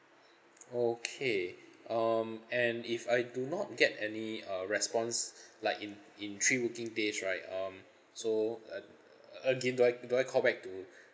okay um and if I do not get any uh response like in in three working days right um so a~ a~ again do I do I call back to